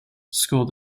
school